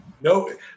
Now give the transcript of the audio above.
No